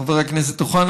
חבר הכנסת אוחנה,